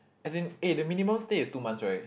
as in eh the minimum stay is two months right